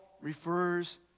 refers